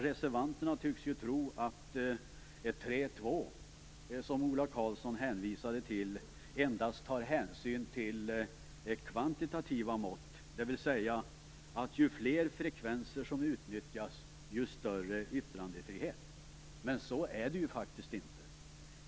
Reservanterna tycks tro att det i bestämmelserna i 3 kap. 2 §, som Ola Karlsson hänvisade till, endast anges kvantitativa mått, dvs. att ju fler frekvenser som utnyttjas, desto större yttrandefrihet blir det, men så är det faktiskt inte.